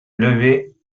lever